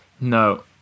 No